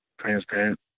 transparent